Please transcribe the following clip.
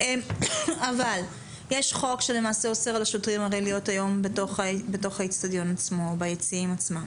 אבל יש חוק שאוסר על השוטרים להיות בתוך האצטדיון עצמו או ביציעים עצמם.